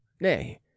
nay